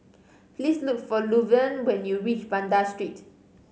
please look for Luverne when you reach Banda Street